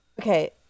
Okay